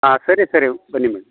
ಹಾಂ ಸರಿ ಸರಿ ಬನ್ನಿ ಮೆಮ್